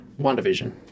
WandaVision